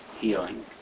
healing